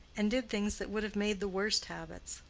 and did things that would have made the worst habits.